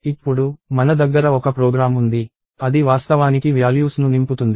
ఇప్పుడు మన దగ్గర ఒక ప్రోగ్రామ్ ఉంది అది వాస్తవానికి వ్యాల్యూస్ ను నింపుతుంది